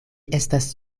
estas